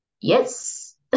Yes